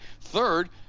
Third